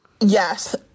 Yes